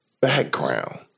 background